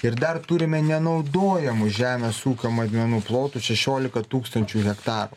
ir dar turime nenaudojamų žemės ūkio naudmenų plotų šešiolika tūkstančių hektarų